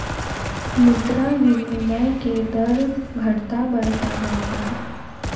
मुद्रा विनिमय के दर घटता बढ़ता रहता है